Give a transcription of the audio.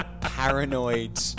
paranoid